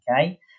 okay